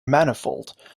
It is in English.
manifold